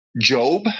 Job